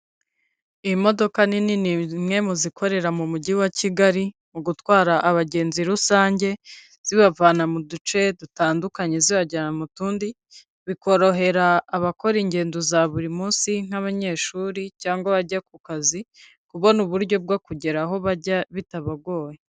Iyi modoka nini, ni imwe mu zikorera mu Mujyi wa Kigali, mu gutwara abagenzi rusange, zibavana mu duce dutandukanye zibajyana mu tundi, bikorohera abakora ingendo za buri munsi nk'abanyeshuri cyangwa abajya ku kazi, kubona uburyo bwo kugera aho bajya bitabagoye.